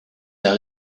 der